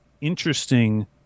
interesting